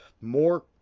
more